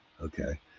okay